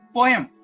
Poem